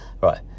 Right